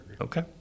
Okay